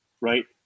right